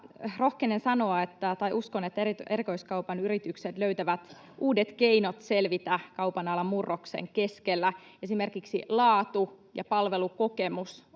rohkenen uskoa, että erikoiskaupan yritykset löytävät uudet keinot selvitä kaupan alan murroksen keskellä. Esimerkiksi laatu ja palvelukokemus